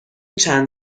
چند